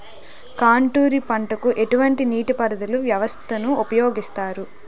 Contour పంటకు ఎటువంటి నీటిపారుదల వ్యవస్థను ఉపయోగిస్తారు?